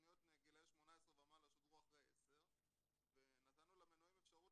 תוכניות לגילאי 18 ומעלה שודרו אחרי 22:00 ונתנו למנויים אפשרות